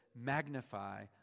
Magnify